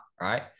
right